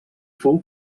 fou